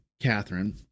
catherine